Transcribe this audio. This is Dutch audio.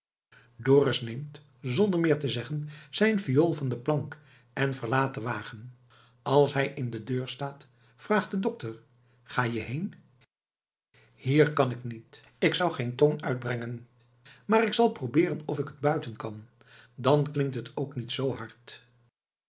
zonder meer te zeggen zijn viool van de plank en verlaat den wagen als hij in de deur staat vraagt de dokter ga je heen hier kan ik niet k zou geen toon uitbrengen maar ik zal probeeren of ik het buiten kan dan klinkt het ook niet zoo hard